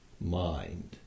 mind